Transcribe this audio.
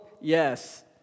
Yes